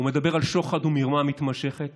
הוא מדבר על שוחד ומרמה מתמשכת